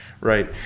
right